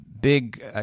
big